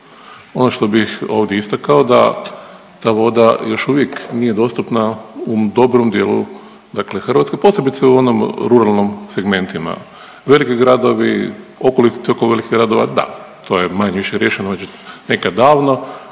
Ono što bih ovdje istako da ta voda još uvijek nije dostupna u dobrom dijelu dakle Hrvatske posebice u onom ruralnom segmentima. Veliki gradovi, okolice oko velikih gradova da, to je manje-više riješeno već nekad davno,